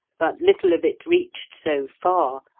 but little of it reached so far,